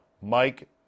Mike